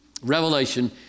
Revelation